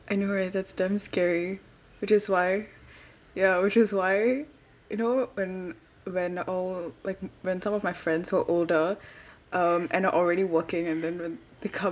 I know right that's damn scary which is why ya which is why you know when when all like when some of my friends who are older um and are already working and then when they come